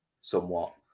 somewhat